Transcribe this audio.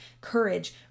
courage